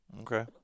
Okay